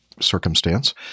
circumstance